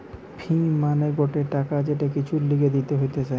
ফি মানে গটে টাকা যেটা কিছুর লিগে দিতে হতিছে